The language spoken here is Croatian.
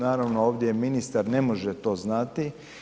Naravno ovdje ministar ne može to znati.